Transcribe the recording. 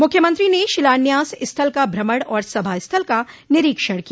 मुख्यमंत्री ने शिलान्यास स्थल का भ्रमण और सभा स्थल का निरीक्षण किया